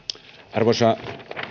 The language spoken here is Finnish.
arvoisa